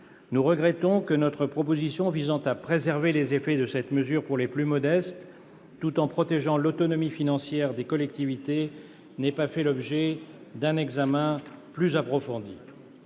Nous regrettons que notre proposition visant à préserver les effets de cette mesure pour les plus modestes, tout en protégeant l'autonomie financière des collectivités, n'ait pas fait l'objet d'un examen plus approfondi.